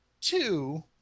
two